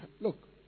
look